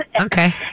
Okay